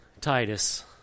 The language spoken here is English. Titus